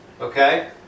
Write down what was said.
Okay